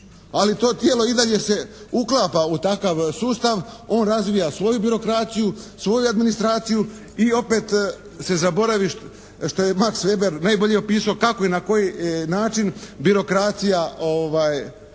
Ali to tijelo i dalje se uklapa u takav sustav, on razvija svoju birokraciju, svoju administraciju i opet se zaboravi šta je Max Weber najbolje opisao kako i na koji način birokracija